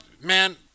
man